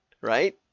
Right